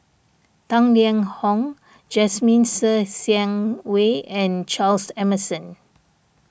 Tang Liang Hong Jasmine Ser Xiang Wei and Charles Emmerson